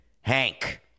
hank